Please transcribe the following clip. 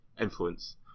influence